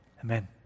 amen